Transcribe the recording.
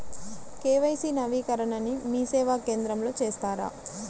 KYC నవీకరణని మీసేవా కేంద్రం లో చేస్తారా?